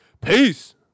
Peace